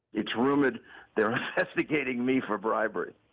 it's rumored they're investigating me for bribery.